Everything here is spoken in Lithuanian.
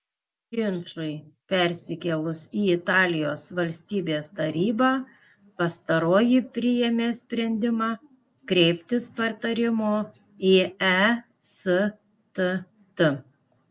ginčui persikėlus į italijos valstybės tarybą pastaroji priėmė sprendimą kreiptis patarimo į estt